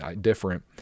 different